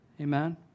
Amen